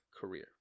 career